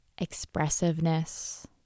Expressiveness